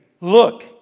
look